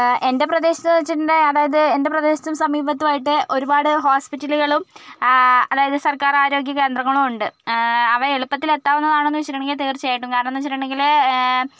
എൻ്റെ പ്രദേശത്തെന്നു വെച്ചിട്ടുണ്ടെങ്കിൽ അതായത് എൻ്റെ പ്രദേശത്തും സമീപത്തും ആയിട്ട് ഒരുപാടു ഹോസ്പിറ്റലുകളും അതായത് സർക്കാർ ആരോഗ്യകേന്ദ്രങ്ങളുണ്ട് അവയെളുപ്പത്തിലെത്താവുന്നതാണെന്നു വെച്ചിട്ടുണ്ടെങ്കിൽ തീർച്ചയായിട്ടും കാരണമെന്നുവെച്ചിട്ടുണ്ടെങ്കിൽ